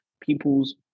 people's